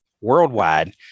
worldwide